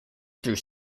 through